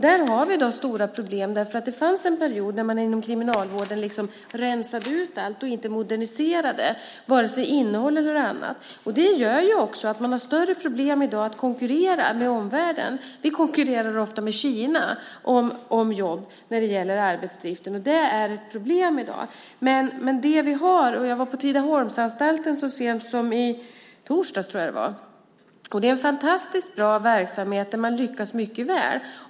Vi har stora problem med det här i dag, för det fanns en period där man inom kriminalvården rensade ut allt och inte moderniserade vare sig innehåll eller annat. Det gör också att man i dag har större problem med att konkurrera med omvärlden. Sverige konkurrerar ofta med Kina om jobb när det gäller arbetsdriften, och detta är ett problem i dag. Jag var på Tidaholmsanstalten så sent som i torsdags - tror jag att det var. Där finns en fantastisk bra verksamhet där man lyckas mycket väl.